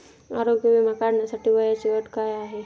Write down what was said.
आरोग्य विमा काढण्यासाठी वयाची अट काय आहे?